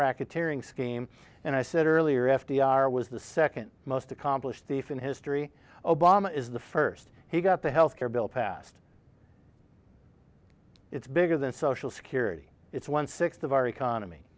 racketeering scheme and i said earlier f d r was the second most accomplished thief in history obama is the first he got the health care bill passed it's bigger than social security it's one sixth of our economy